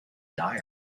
diary